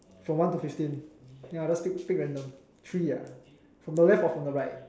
from one to fifteen ya just pick pick random three ah from the left or from the right